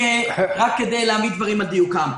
לא, רק כדי להעמיד דברים על דיוקם.